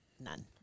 None